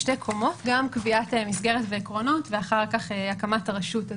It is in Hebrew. שתי קומות גם מקביעת המסגרת והעקרונות ואחר כך הקמת הרשות.